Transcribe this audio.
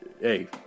hey